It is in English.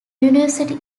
university